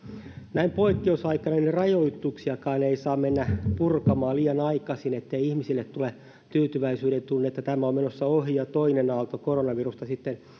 näin poikkeusaikana rajoituksiakaan ei saa mennä purkamaan liian aikaisin ettei ihmisille tule tyytyväisyyden tunnetta että tämä on menossa ohi ja toinen aalto koronavirusta